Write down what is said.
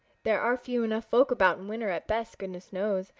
there are few enough folks about in winter at best, goodness knows,